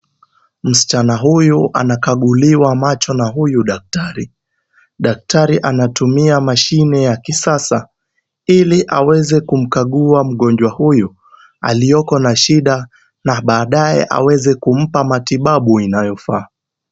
Msichana huyu anakaguliwa macho na huyu daktari, daktari anatumia mashine ya kisasa ili aweze kumkagua mgonjwa huyu, aliyoko na shida na baadaye aweze kumpa matibabu inayofaa.